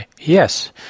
yes